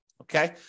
Okay